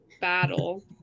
battle